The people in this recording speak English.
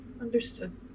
Understood